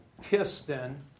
Piston